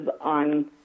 on